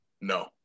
no